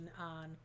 on